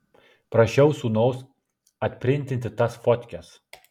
prašiau sūnaus atprintinti tas fotkes